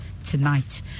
tonight